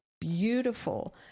beautiful